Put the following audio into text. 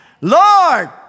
Lord